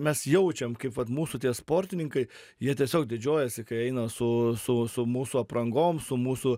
mes jaučiam kaip vat mūsų tie sportininkai jie tiesiog didžiuojasi kai eina su su su mūsų aprangom su mūsų